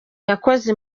yakoze